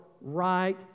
right